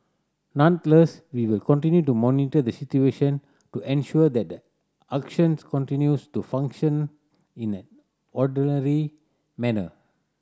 nonetheless we will continue to monitor the situation to ensure that the auctions continues to function in an manner